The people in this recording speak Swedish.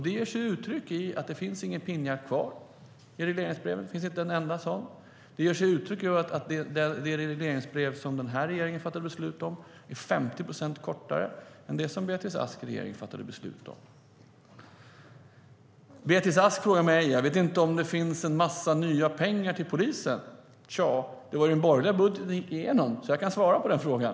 Det tar sig uttryck i att pinnjakten inte finns kvar i regleringsbrevet. Det tar sig uttryck i att det regleringsbrev som den här regeringen har fattat beslut om är 50 procent kortare än det Beatrice Asks regering fattade beslut om. Beatrice Ask frågade mig om jag vet om det finns en massa nya pengar till polisen. Det var den borgerliga budgeten som röstades igenom, så jag kan svara på frågan.